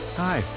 hi